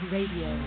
Radio